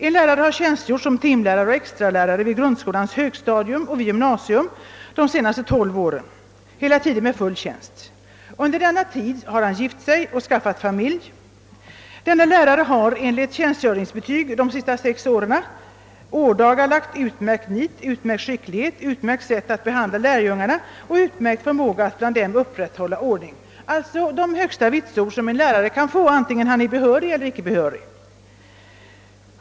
En lärare har tjänstgjort som timlärare och extralärare vid grundskolans högstadium och vid gymnasium de se naste tolv åren, hela tiden med full tjänstgöring. Under denna tid har han hunnit gifta sig och skaffa sig familj. Denne lärare har, enligt tjänstgöringsbetyg, de senaste sex åren »ådagalagt utmärkt nit och utmärkt skicklighet, utmärkt sätt att behandla lärjungarna och utmärkt förmåga att bland dem upprätthålla ordning» — alltså de högsta vitsord som en lärare kan få, antingen han är behörig eller icke behörig.